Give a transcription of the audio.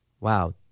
wow